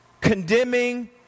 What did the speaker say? condemning